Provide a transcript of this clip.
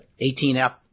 18F